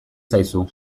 zaizu